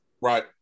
Right